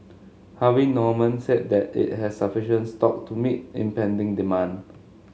Harvey Norman said that it has sufficient stock to meet impending demand